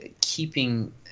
keeping